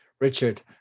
Richard